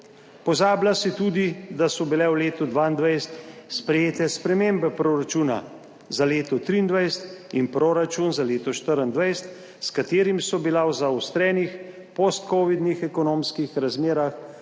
Pozablja se tudi, da so bile v letu 2022 sprejete spremembe proračuna za leto 2023 in proračun za leto 2024, s katerim so bila v zaostrenih postkovidnih ekonomskih razmerah